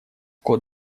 кот